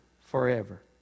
forever